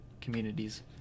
communities